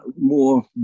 more